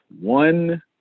one